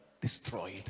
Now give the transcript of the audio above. destroyed